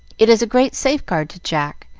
it is a great safeguard to jack,